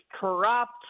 corrupt